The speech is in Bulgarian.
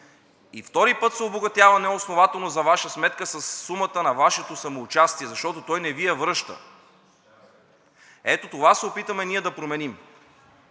и втори път се обогатява неоснователно за Ваша сметка със сумата на Вашето самоучастие, защото той не Ви я връща. Ето, това се опитваме ние да променим.